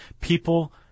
People